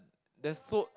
there's so